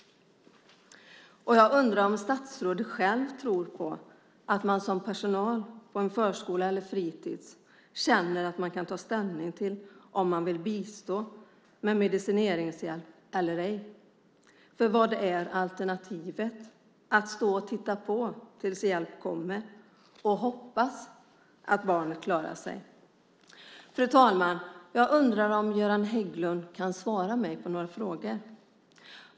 Jag undrar om statsrådet själv tror på att man som personal på en förskola eller fritids känner att man kan ta ställning till om man vill bistå med medicineringshjälp eller ej. Vad är alternativet? Att stå och titta på tills hjälp kommer och hoppas att barnet klarar sig. Fru talman! Jag undrar om Göran Hägglund kan svara mig på några frågor.